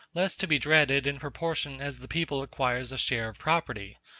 less to be dreaded in proportion as the people acquires a share of property,